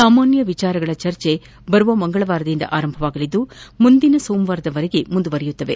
ಸಾಮಾನ್ಯ ವಿಚಾರಗಳ ಚರ್ಚೆ ಬರುವ ಮಂಗಳವಾರದಿಂದ ಆರಂಭವಾಗಲಿದ್ದು ಮುಂದಿನ ಸೋಮವಾರದವರೆಗೆ ಮುಂದುವರೆಯಲಿದೆ